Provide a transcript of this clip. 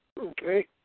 Okay